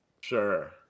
Sure